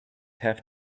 have